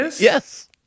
Yes